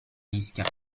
ischia